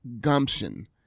gumption